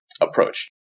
approach